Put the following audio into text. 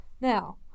Now